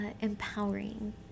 empowering